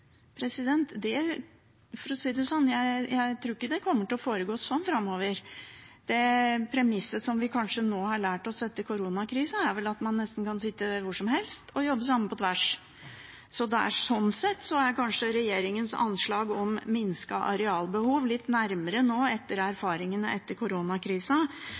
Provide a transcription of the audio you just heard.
For å si det sånn: Jeg tror ikke det kommer til å foregå sånn framover. Premisset som vi kanskje har lært oss etter koronakrisa, er vel at man kan sitte nesten hvor som helst og jobbe sammen på tvers. Sånn sett er kanskje regjeringens anslag om minsket arealbehov litt nærmere nå med erfaringene etter koronakrisa,